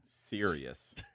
serious